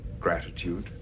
gratitude